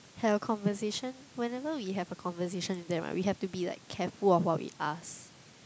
had a conversation whenever we have a conversation with them [right] we have to be like careful of what we ask